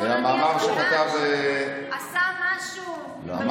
עשה משהו, שרן.